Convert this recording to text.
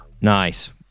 nice